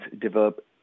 develop